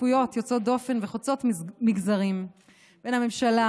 שותפויות יוצאות דופן וחוצות מגזרים בין הממשלה